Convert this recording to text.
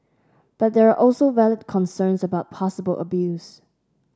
but there are also valid concerns about possible abuse